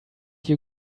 you